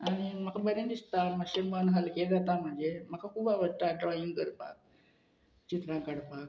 आनी म्हाका बरें दिसता मातशें मन हलकें जाता म्हाजें म्हाका खूब आवडटा ड्रॉईंग करपाक चित्रां काडपाक